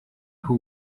who